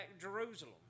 Jerusalem